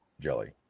jelly